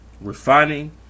refining